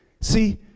See